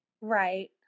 Right